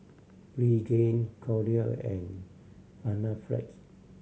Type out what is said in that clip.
Pregain Kordel and Panaflex